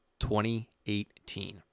2018